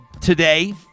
today